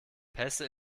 pässe